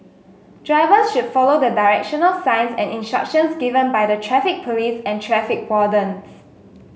drivers should follow the directional signs and instructions given by the Traffic Police and traffic wardens